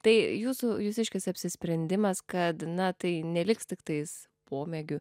tai jūsų jūsiškis apsisprendimas kad na tai neliks tiktais pomėgiu